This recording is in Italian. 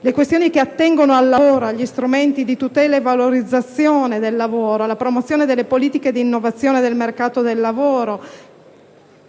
Le questioni che attengono al lavoro, agli strumenti di tutela e valorizzazione del lavoro, alla promozione delle politiche di innovazione del mercato del lavoro e